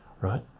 right